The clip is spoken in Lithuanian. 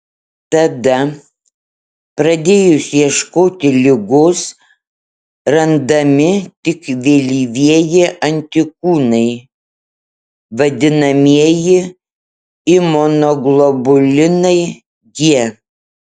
tada pradėjus ieškoti ligos randami tik vėlyvieji antikūnai vadinamieji imunoglobulinai g